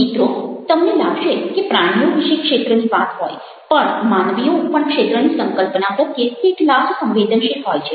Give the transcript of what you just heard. મિત્રો તમને લાગશે કે પ્રાણીઓ વિશે ક્ષેત્રની વાત હોય પણ માનવીઓ પણ ક્ષેત્રની સંકલ્પના પ્રત્યે તેટલા જ સંવેદનશીલ હોય છે